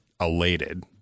elated